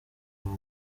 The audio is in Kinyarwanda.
uwo